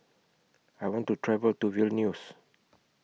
I want to travel to Vilnius